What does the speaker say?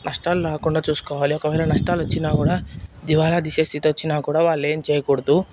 నష్టాలు రాకుండా చూసుకోవాలి ఒకవేళ నష్టాలు వచ్చినా కూడా దివాలా తీసే స్థితి వచ్చిన కూడా వాళ్ళు ఏం చేయకూడదు